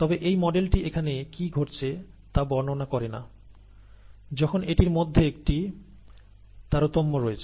তবে এই মডেলটি এখানে কি ঘটছে তা বর্ণনা করে না যখন এটির মধ্যে একটি তারতম্য রয়েছে